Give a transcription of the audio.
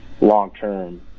long-term